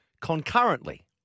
concurrently